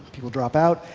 people drop out.